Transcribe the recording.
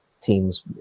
teams